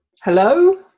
Hello